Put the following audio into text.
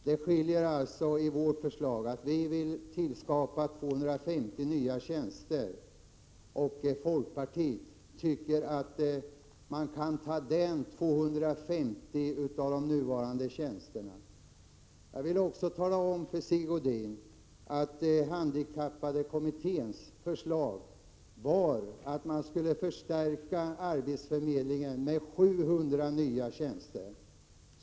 Det som skiljer är att vi i vårt förslag vill tillskapa 250 nya tjänster, medan folkpartiet tycker att man kan ta bort 250 av de nuvarande tjänsterna. Jag vill också tala om för Sigge Godin att handikappkommitténs förslag var att arbetsförmedlingen skulle förstärkas med 700 nya tjänster.